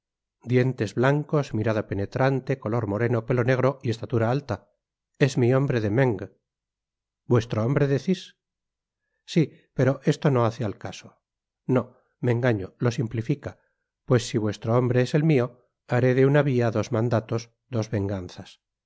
dientes blancos mirada penetrante color moreno pelo negro y estatura alta es mi hombre de mcung vuestro hombre decís sí pero esto no hace al caso no me engaño lo simplifica pues si vuestro hombre es el mio haré de una via dos mandatos dos venganzas